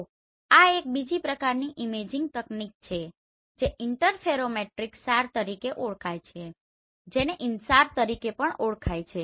તો આ એક બીજી પ્રકારની ઇમેજિંગ તકનીક છે જે ઇન્ટરફેરોમેટ્રિક SAR તરીકે ઓળખાય છે જેને INSAR તરીકે પણ ઓળખાય છે